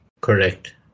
correct